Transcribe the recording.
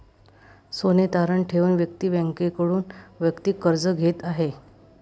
सोने तारण ठेवून व्यक्ती बँकेकडून वैयक्तिक कर्ज घेत आहे